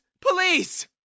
Police